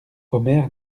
omer